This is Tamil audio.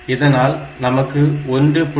இதனால் நமக்கு 1